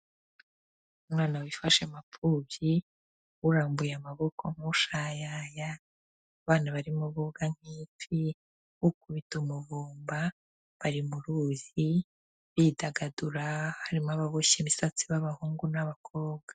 Umwana wifashe mapfubyi urambuye amaboko nk'ushayaya, abana barimo boga nk'ifi, ukubita umuvumba, bari mu ruzi bidagadura harimo ababoshye imisatsi b'abahungu n'abakobwa.